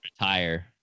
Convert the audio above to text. Retire